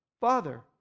Father